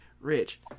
Rich